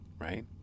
right